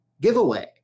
giveaway